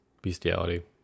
bestiality